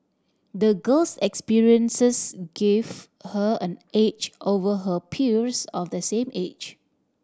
the girl's experiences gave her an edge over her peers of the same age